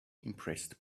impressed